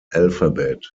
alphabet